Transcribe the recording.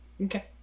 Okay